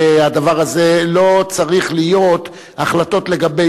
והדבר הזה לא צריך להיות החלטות לגבי